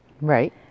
Right